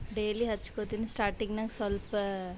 daily ಹಚ್ಕೊಳ್ತೀನಿ ಸ್ಟಾರ್ಟಿಂಗ್ನಾಗ ಸ್ವಲ್ಪ